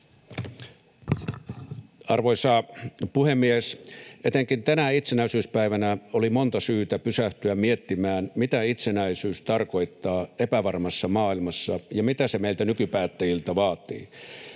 Arvoisa puhemies! Etenkin tänä itsenäisyyspäivänä oli monta syytä pysähtyä miettimään, mitä itsenäisyys tarkoittaa epävarmassa maailmassa ja mitä se meiltä nykypäättäjiltä vaatii.